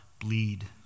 bleed